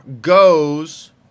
goes